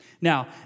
Now